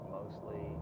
mostly